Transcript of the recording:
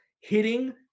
hitting